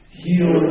heal